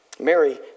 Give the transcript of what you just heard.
Mary